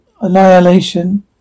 annihilation